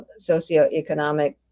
socioeconomic